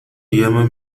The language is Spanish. llama